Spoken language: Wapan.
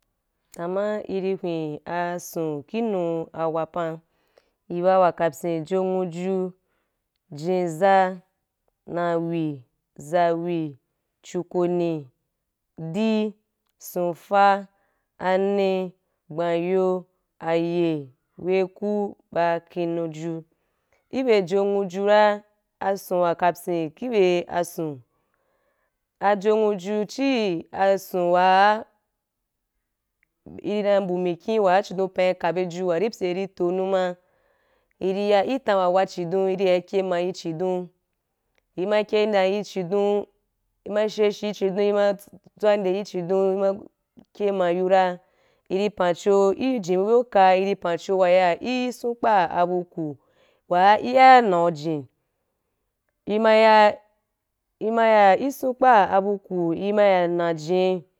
Tama iri hwei ason ki nu a wapan i ba wa ka pyii joneiju, jenza, natswi, zawi, chukone, di, sonfa, ane, gbayo, aye, weku ba keniju ki be jonwojua ason wa kapyei ki be aso a jonwoju chi ason wa i na mbu mikhin wa chidon pai ka bye ju wa ri pye rito numa i ri ya ki tan wa wa chidom i ri ya yake ma yi chidon i ma ke mbya yi chidon i ma shashi chidon i ma tswa nde yi chidon i-i ma ke ma yi wura i ri pam a cho i jen bu bye-uka i ri pan acho wa ya ki sumkpa abu ku i ya i ya nnu jen i ma ya i ma ya i sumkpa abu ku i ma ya na jen.